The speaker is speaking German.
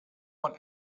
man